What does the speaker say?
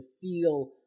feel